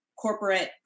Corporate